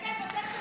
תקשיבו.